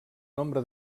nombre